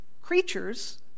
creatures